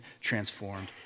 transformed